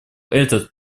этот